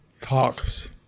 talks